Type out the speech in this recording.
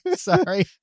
Sorry